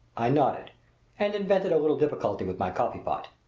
i nodded and invented a little difficulty with my coffee pot.